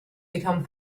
become